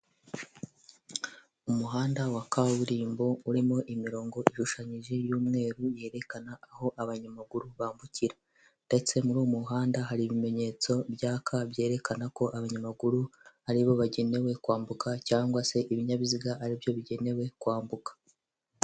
Umuhanda wa kaburimbo urimo imirongo irushanyije y'umweru yerekana aho abanyamaguru bambukira, ndetse muri uwo muhanda hari ibimenyetso byaka byerekana ko abanyamaguru aribo bagenewe kwambuka cgangwa se ibinyabiziga aribyo bigenewe kwambuka.